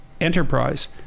enterprise